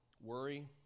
Worry